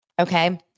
Okay